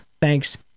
Thanks